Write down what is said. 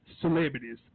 celebrities